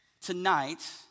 tonight